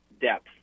depth